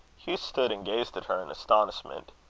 hugh stood and gazed at her in astonishment.